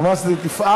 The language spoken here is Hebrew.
חברת הכנסת יפעת